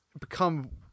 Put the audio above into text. become